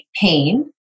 pain